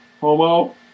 Homo